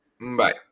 Bye